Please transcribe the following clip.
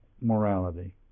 morality